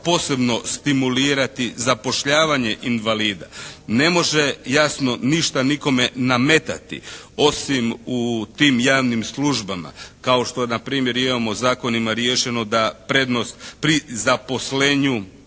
posebno stimulirati zapošljavanje invalida. Ne može jasno ništa nikome nametati osim u tim javnim službama kao što npr. imamo zakonima riješeno da prednost pri zaposlenju